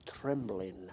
trembling